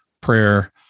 prayer